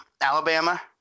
Alabama